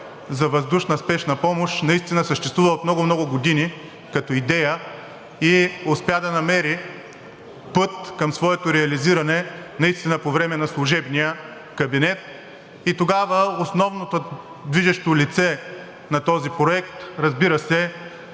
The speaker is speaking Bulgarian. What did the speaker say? за въздушна спешна помощ съществува от много, много години като идея и успя да намери път към своето реализиране наистина по време на служебния кабинет. Тогава основното движещо лице на този проект, разбира се,